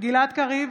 גלעד קריב,